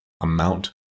amount